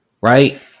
right